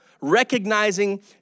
recognizing